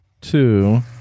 two